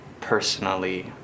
personally